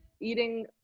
eating